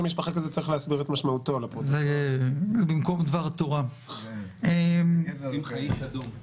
נציגות משרד המשפטים: עורכת הדין יפעת